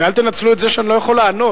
ואל תנצלו את זה שאני לא יכול לענות.